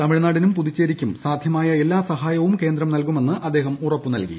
തമിഴ്നാടിനും പുതുച്ചേരിക്കും സാധ്യമായ എല്ലാ സഹായവും കേന്ദ്രം നൽകുമെന്ന് അദ്ദേഹം ഉറപ്പു നൽകി